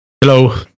Hello